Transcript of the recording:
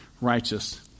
righteous